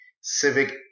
civic